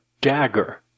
dagger